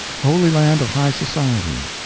holy land of high society,